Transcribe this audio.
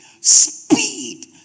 speed